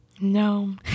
No